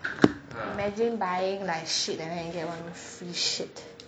imagine buying like shit like that and then get one free shit